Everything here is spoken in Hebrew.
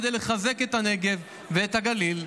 כדי לחזק את הנגב ואת הגליל.